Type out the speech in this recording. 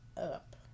up